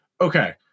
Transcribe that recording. Okay